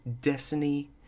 Destiny